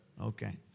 Okay